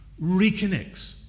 reconnects